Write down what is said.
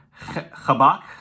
Chabak